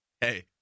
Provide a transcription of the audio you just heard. hey